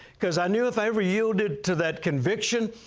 because i knew if i ever yielded to that conviction,